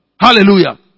Hallelujah